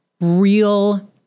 real